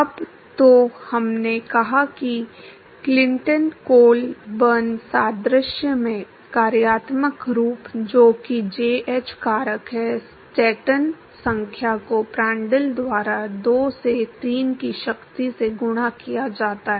अब तो हमने कहा कि क्लिंटन कोल बर्न सादृश्य में कार्यात्मक रूप जो कि जेएच कारक है स्टैंटन संख्या को प्रांटल द्वारा 2 से 3 की शक्ति से गुणा किया जाता है